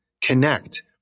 connect